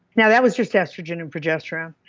now, that was just estrogen and progesterone.